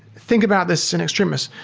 think about this in extremis.